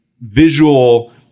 visual